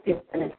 ठीक आहे चालेल